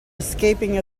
escaping